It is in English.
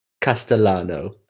castellano